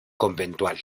conventual